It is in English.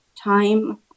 time